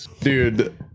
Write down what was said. Dude